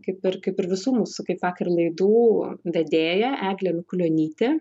kaip ir kaip ir visų mūsų kaip vakar laidų vedėja eglė mikulionytė